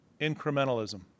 incrementalism